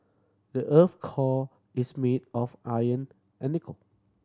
the earth's core is made of iron and nickel